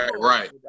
right